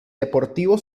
deportivo